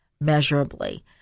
measurably